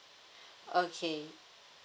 okay